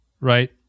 right